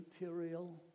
imperial